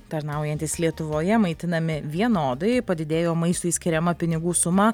tarnaujantys lietuvoje maitinami vienodai padidėjo maistui skiriama pinigų suma